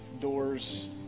doors